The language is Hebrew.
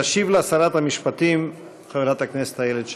תשיב לה שרת המשפטים חברת הכנסת איילת שקד.